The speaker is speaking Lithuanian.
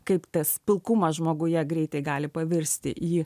kaip tas pilkumas žmoguje greitai gali pavirsti į